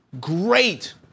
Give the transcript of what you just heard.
Great